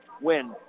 win